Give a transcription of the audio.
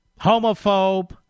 homophobe